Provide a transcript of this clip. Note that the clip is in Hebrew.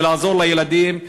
ולעזור לילדים,